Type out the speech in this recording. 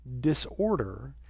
Disorder